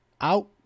out